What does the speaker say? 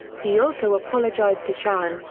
he also apologized to sharon,